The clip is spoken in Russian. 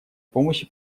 помощи